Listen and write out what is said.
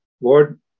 Lord